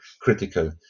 critical